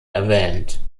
erwähnt